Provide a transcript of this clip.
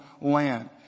land